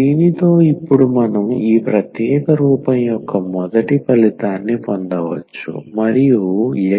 దీనితో ఇప్పుడు మనం ఈ ప్రత్యేక రూపం యొక్క మొదటి ఫలితాన్ని పొందవచ్చు మరియు